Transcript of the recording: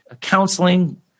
counseling